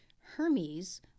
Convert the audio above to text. Hermes